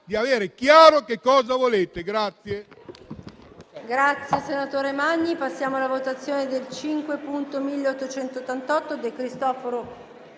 di avere chiaro che cosa volete.